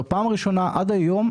עד היום,